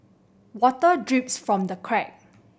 water drips from the crack